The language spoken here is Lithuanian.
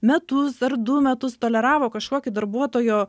metus ar du metus toleravo kažkokį darbuotojo